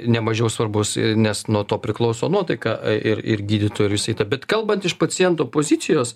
ne mažiau svarbus nes nuo to priklauso nuotaika ir ir gydytojų ir visa kita bet kalbant iš paciento pozicijos